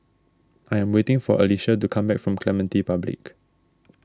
I am waiting for Alysha to come back from Clementi Public